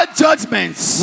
judgments